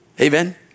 Amen